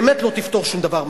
באמת לא תפתור שום דבר.